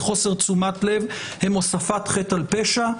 בחוסר תשומת לב הם הוספת חטא על פשע.